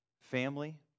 family